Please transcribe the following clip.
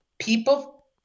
People